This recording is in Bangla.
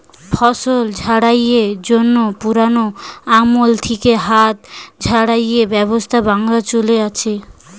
ফসল ঝাড়াইয়ের জন্যে পুরোনো আমল থিকে হাত ঝাড়াইয়ের ব্যবস্থা বাংলায় চলে আসছে